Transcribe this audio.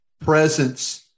presence